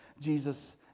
Jesus